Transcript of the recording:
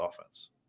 offense